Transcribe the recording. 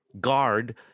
guard